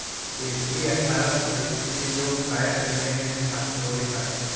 Tetley अठ्ठारह सौ सैंतीस में यॉर्कशायर, इंग्लैंड में स्थापित होलय हल